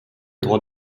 droit